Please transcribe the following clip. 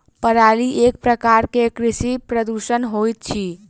पराली एक प्रकार के कृषि प्रदूषण होइत अछि